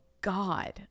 God